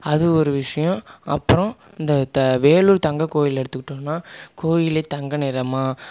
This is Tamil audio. அது ஒரு விஷயம் அப்றம் இந்த வேலூர் தங்ககோயில் எடுத்துகிட்டோம்னா கோவிலே தங்க நிறமாக